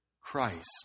Christ